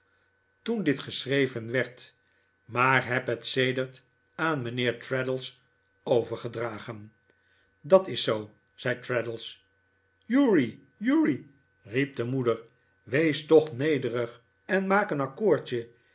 toen dit geschreven werd maar heb het sedert aan mijnheer traddles overgedragen dat is zoo zel traddles uri uri riep de moeder wees toch nederig en maak een akkoordje